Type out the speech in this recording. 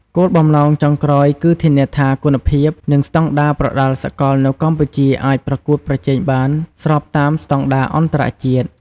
គោលបំណងចុងក្រោយគឺធានាថាគុណភាព និងស្តង់ដារប្រដាល់សកលនៅកម្ពុជាអាចប្រកួតប្រជែងបានស្របតាមស្តង់ដារអន្តរជាតិ។